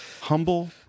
Humble